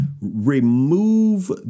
remove